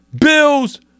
Bills